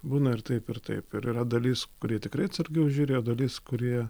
būna ir taip ir taip ir yra dalis kurie tikrai atsargiau žiūri o dalis kurie